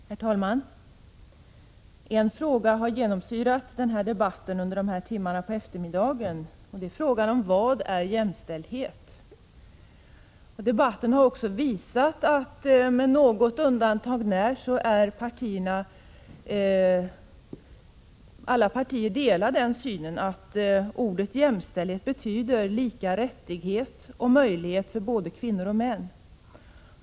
Herr talman! En fråga har genomsyrat debatten under timmarna på eftermiddagen. Det är frågan om vad jämställdhet innebär. Debatten har också visat att alla partier, med något undantag, delar uppfattningen att ordet jämställdhet betyder lika rättigheter och möjligheter för både kvinnor och män.